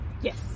Yes